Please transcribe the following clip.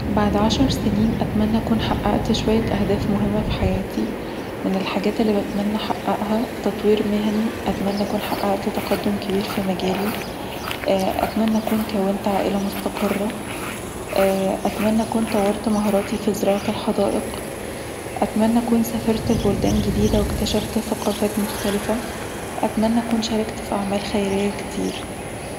بعد عشر سنين، أتمنى أن أكون حققت شوية أهداف مهمة في حياتي، من الحاجات اللي بتمني أحققها تطوير مهني، أتمنى أكون حققت تقدم كبير في مجالي، أتمني أكون كونت عائله مستقره، اتمني اكون طورت مهاراتي في زراعة الحدائق، اتمني اكون سافرت لبلدان جديده واكتشفت ثقافات مختلفه، اتمني اكون شاركت في اعمال خيريه كتير